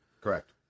Correct